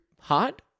Hot